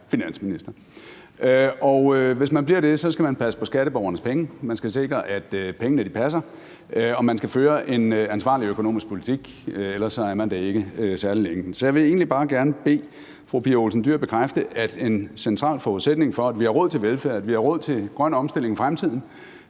vil være finansminister, og hvis man bliver det, skal man passe på skatteborgernes penge, man skal sikre, at pengene passer, og man skal føre en ansvarlig økonomisk politik, for ellers er man det ikke særlig længe. Så jeg vil egentlig bare gerne bede fru Pia Olsen Dyhr bekræfte, at en central forudsætning for, at vi har råd til velfærd, og at vi har råd til grøn omstilling i fremtiden,